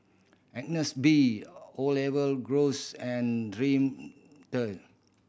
Agnes B Olive Groves and Dream